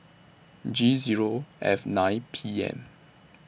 G Zero F nine P M